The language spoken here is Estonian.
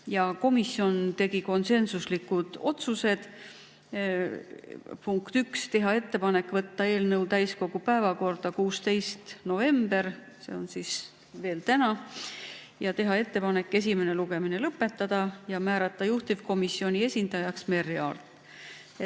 Komisjon tegi konsensuslikud otsused: teha ettepanek võtta eelnõu täiskogu päevakorda 16. novembril, see on veel täna, ja teha ettepanek esimene lugemine lõpetada ning määrata juhtivkomisjoni esindajaks Merry Aart.